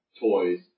toys